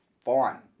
fine